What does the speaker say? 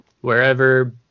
wherever